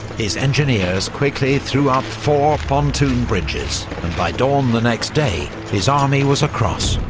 his engineers quickly threw up four pontoon bridges, and by dawn the next day, his army was across.